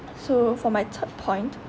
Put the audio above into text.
so for my third point